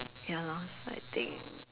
ya lor I think